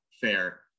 fair